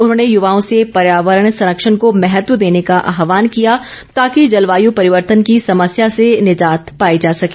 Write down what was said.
उन्होंने यूवाओं से पर्यावरण संरक्षण को महत्व देने का आहवान किया ताकि जलवायू परिवर्तन की समस्या से निजात पाई जा सके